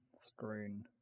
screen